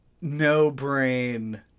no-brain